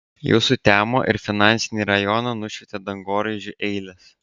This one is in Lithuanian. jau sutemo ir finansinį rajoną nušvietė dangoraižių eilės